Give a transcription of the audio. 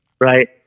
right